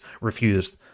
refused